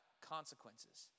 consequences